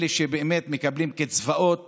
ואלה שבאמת מקבלים קצבאות